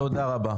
תודה רבה.